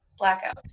Blackout